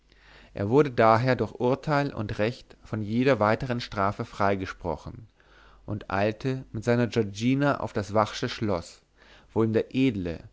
er wurde daher durch urtel und recht von jeder weiteren strafe freigesprochen und eilte mit seiner giorgina auf das vachsche schloß wo ihm der edle